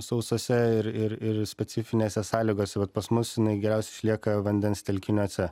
sausose ir ir ir specifinėse sąlygose pas mus jinai geriausiai išlieka vandens telkiniuose